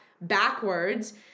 backwards